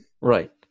right